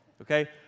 okay